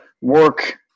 work